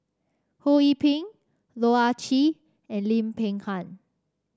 Ho Yee Ping Loh Ah Chee and Lim Peng Han